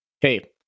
Hey